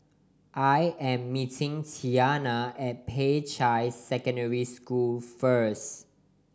I am meeting Tiana at Peicai Secondary School first